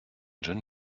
john